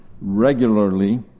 regularly